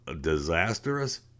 disastrous